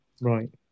Right